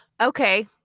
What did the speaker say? okay